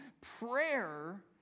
prayer